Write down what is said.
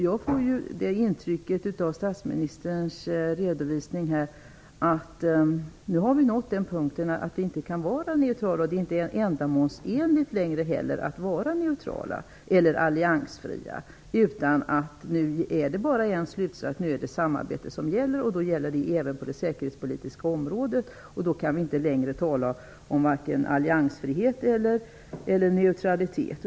Jag får det intrycket av statsministerns redovisning att vi nu har nått den punkt där vi inte kan vara neutrala. Det är inte heller ändamålsenligt att vara neutral eller alliansfri. Nu är det bara samarbete som gäller, och då gäller det även på det säkerhetspolitiska området. Vi kan inte längre tala om vare sig alliansfrihet eller neutralitet.